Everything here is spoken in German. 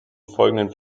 folgenden